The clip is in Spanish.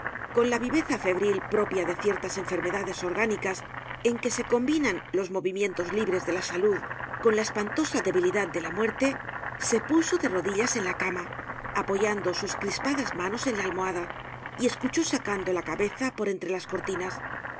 con la viveza febril propia de ciertas enfermedades orgánicas en que se combinan los movimientos libres de la salud con la espantosa debilidad de la muerte se puso de rodillas en la cama apo yando sus crispadas manos en la almohada y escuchó sacando la cabeza por entre las cortinas